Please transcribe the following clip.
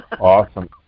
Awesome